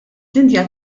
dinja